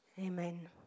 Amen